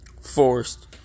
forced